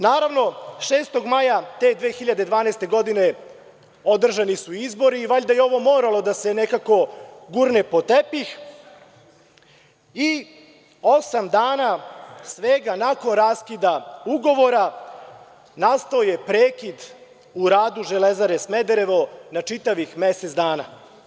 Naravno, 6. maja te 2012. godine održani su izbori i valjda je ovo moralo da se nekako gurne pod tepih i osam dana svega nakon raskida ugovora, nastao je prekid u radu „Železare Smederevo“ na čitavih mesec dana.